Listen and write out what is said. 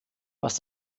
was